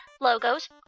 logos